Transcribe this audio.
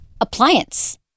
appliance